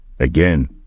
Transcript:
Again